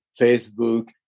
Facebook